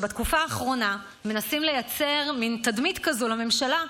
בתקופה האחרונה מנסים לייצר מין תדמית כזאת לממשלה,